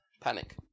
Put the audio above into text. panic